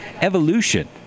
evolution